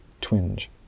twinge